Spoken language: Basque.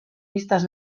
bistaz